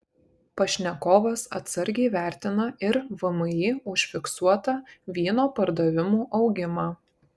pašnekovas atsargiai vertina ir vmi užfiksuotą vyno pardavimų augimą